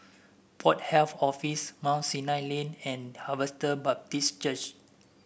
Port Health Office Mount Sinai Lane and Harvester Baptist Church